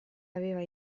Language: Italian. aveva